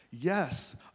Yes